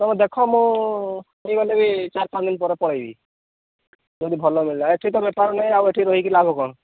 ତୁମେ ଦେଖ ମୁଁ ହେଇଗଲେ ବିି ଚାରି ପାଞ୍ଚ ଦିନ ପରେ ପଳାଇବି ଯଦି ଭଲ ମିଳିଲା ଏଠି ତ ବେପାର ନାହିଁ ଆଉ ଏଠି ରହିକି ଲାଭ କ'ଣ